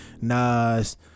nas